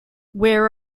where